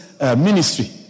ministry